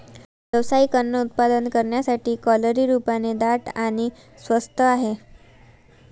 व्यावसायिक अन्न उत्पादन करण्यासाठी, कॅलरी रूपाने दाट आणि स्वस्त आहे